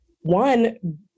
one